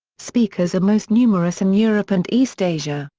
speakers are most numerous in europe and east asia,